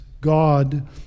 God